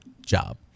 job